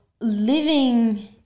living